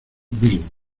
vilma